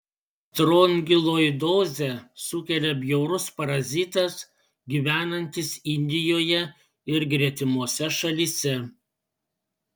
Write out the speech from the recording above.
strongiloidozę sukelia bjaurus parazitas gyvenantis indijoje ir gretimose šalyse